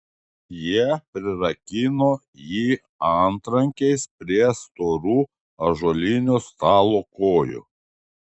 jie prirakino jį antrankiais prie storų ąžuolinio stalo kojų